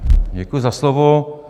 Děkuji za slovo.